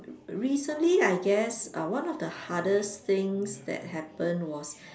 recently I guess uh one of the hardest things that happened was